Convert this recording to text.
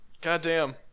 Goddamn